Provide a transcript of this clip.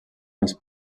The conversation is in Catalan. els